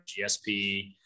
GSP